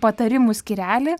patarimų skyrelį